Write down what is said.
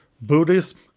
Buddhism